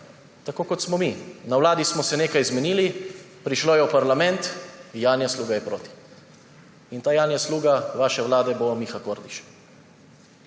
tako kot smo mi. Na Vladi smo se nekaj zmenili, prišlo je v parlament, Janja Sluga je proti. In ta janja sluga vaše vlade bo Miha Kordiš.